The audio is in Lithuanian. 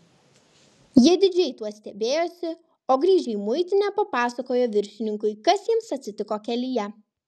jie didžiai tuo stebėjosi o grįžę į muitinę papasakojo viršininkui kas jiems atsitiko kelyje